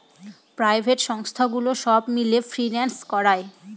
private সংস্থাগুলো সব মিলে ফিন্যান্স করায়